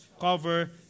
cover